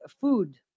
Food